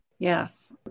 Yes